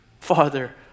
Father